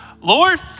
Lord